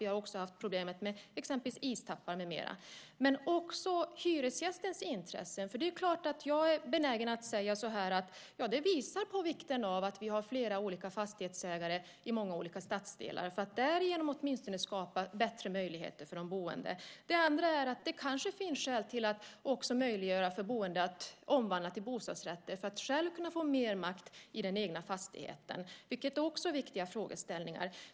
Vi har också haft problemet med exempelvis nedfallande istappar med mera. Men det är också viktigt att ta hänsyn till hyresgästens intressen. Jag är benägen att säga att det visar på vikten av att vi har flera olika fastighetsägare i många olika stadsdelar för att därigenom skapa bättre möjligheter för de boende. Det andra är att det kanske finns skäl att också möjliggöra för boende att omvandla sina lägenheter till bostadsrätter för att de själva ska kunna få mer makt i den egna fastigheten. Det är också viktiga frågeställningar.